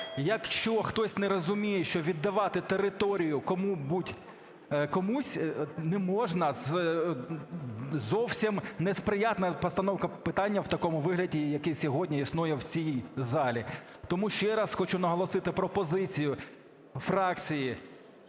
Якщо хтось не розуміє, що віддавати територію будь-кому не можна, зовсім неприйнятна постановка питання в такому вигляду, яке сьогодні існує в цій залі. Тому ще раз хочу наголосити пропозицію фракції